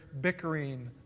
bickering